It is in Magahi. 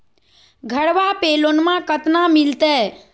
घरबा पे लोनमा कतना मिलते?